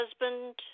husband